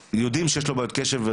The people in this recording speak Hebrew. יודעים שיש לו בעיות קשב,